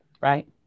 Right